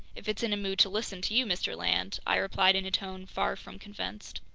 if it's in a mood to listen to you, mr. land, i replied in a tone far from convinced.